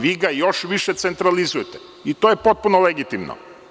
Vi ga još više centralizujete i to je potpuno legitimno.